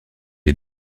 est